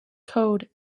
code